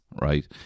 right